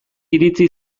iritsi